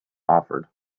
offered